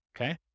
Okay